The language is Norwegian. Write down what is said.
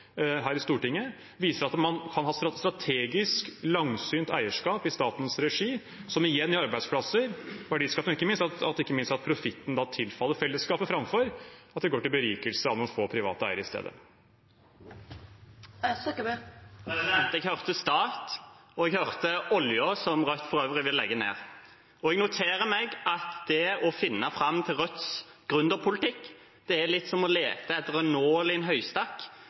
her i Stortinget, viser at man kan ha strategisk, langsynt eierskap i statens regi som igjen gir arbeidsplasser og verdiskaping, og ikke minst gjør at profitten tilfaller fellesskapet framfor at det går til berikelse av noen få private eiere i stedet. Jeg hørte «stat», og jeg hørte «oljen», som Rødt for øvrig vil legge ned. Jeg noterer meg at det å finne fram til Rødts gründerpolitikk er litt som å lete etter en nål i en høystakk,